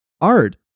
art